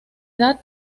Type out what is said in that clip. edad